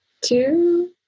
two